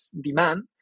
demand